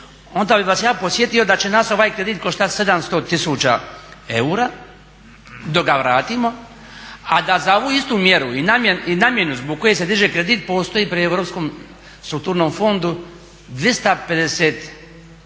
onda bih vas ja podsjetio da će nas ovaj kredit koštati 700 tisuća eura dok ga vratimo, a da za ovu istu mjeru i namjenu zbog koje se diže kredit postoji pri Europskom strukturnom fondu 250 milijuna